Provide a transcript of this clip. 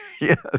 yes